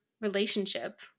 relationship